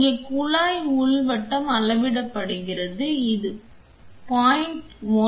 இங்கே குழாய் உள் விட்டம் அளவிடப்படுகிறது இது 0